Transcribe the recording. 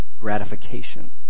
gratification